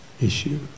issue